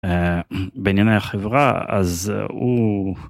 בענין החברה אז הוא.